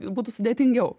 būtų sudėtingiau